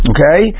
Okay